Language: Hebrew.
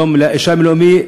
יום האישה הבין-לאומי,